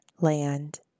land